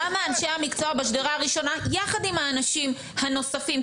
למה אנשי המקצוע בשדרה הראשונה יחד עם האנשים הנוספים,